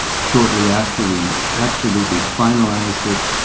shortly after we absolutely finalized it,